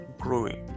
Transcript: growing